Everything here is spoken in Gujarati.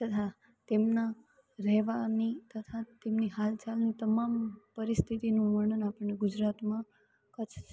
તથા તેમના રહેવાની તથા તેમની હાલ ચાલની તમામ પરિસ્થિતિનું વર્ણન આપણને ગુજરાતમાં કચ્છ